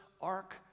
ark